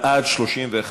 בעד, 31,